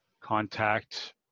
contact